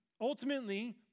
Ultimately